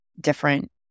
different